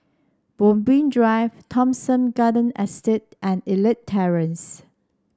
Moonbeam Drive Thomson Garden Estate and Elite Terrace